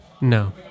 No